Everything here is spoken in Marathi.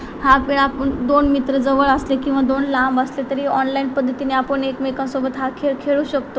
हा खेळ आपण दोन मित्र जवळ असले किंवा दोन लांब असले तरी ऑनलाईन पद्धतीने आपण एकमेकांसोबत हा खेळ खेळू शकतो